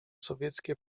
sowieckie